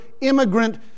immigrant